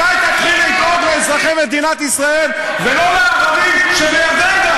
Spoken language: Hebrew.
מתי תתחיל לדאוג לאזרחי מדינת ישראל ולא לערבים שבירדן,